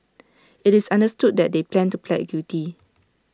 IT is understood that they plan to plead guilty